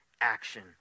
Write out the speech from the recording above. action